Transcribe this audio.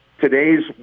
today's